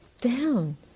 down